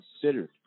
considered